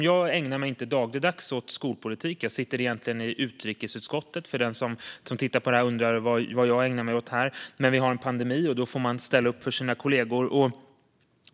Jag ägnar mig inte dagligdags åt skolpolitik utan sitter egentligen i utrikesutskottet. Någon undrar kanske vad jag i så fall gör här, men under pandemin får man ställa upp för sina kollegor.